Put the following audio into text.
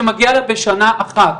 שמגיעות לה בשנה אחת.